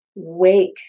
Wake